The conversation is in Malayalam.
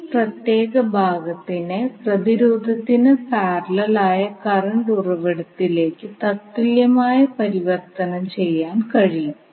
ഈ പ്രത്യേക ഭാഗത്തിനെ പ്രതിരോധത്തിന് പാരലൽ ആയ കറണ്ട് ഉറവിടത്തിലേക്ക് തത്തുല്യമായ പരിവർത്തനം ചെയ്യാൻ കഴിയും